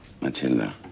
Matilda